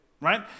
right